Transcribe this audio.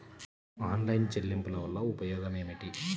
Online చెల్లింపుల వల్ల ఉపయోగమేమిటీ?